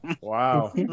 Wow